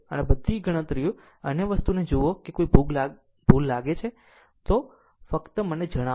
અને આ બધી ગણતરીઓ અન્ય વસ્તુઓ જોવો જો કોઈ ભૂલ લાગે છે તો ફક્ત મને જણાવો